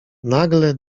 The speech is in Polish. nagle